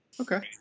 Okay